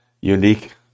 unique